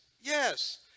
yes